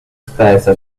spesa